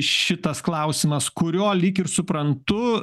šitas klausimas kurio lyg ir suprantu